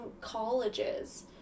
colleges